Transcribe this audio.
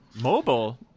Mobile